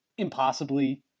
impossibly